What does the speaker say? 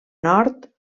nord